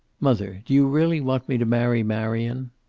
mother, do you really want me to marry marion?